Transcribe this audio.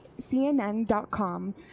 CNN.com